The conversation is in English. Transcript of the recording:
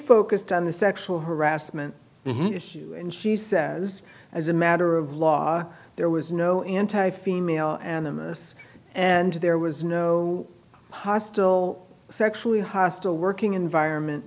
focused on the sexual harassment and she says as a matter of law there was no anti female and then this and there was no hostile sexually hostile working environment